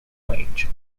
wage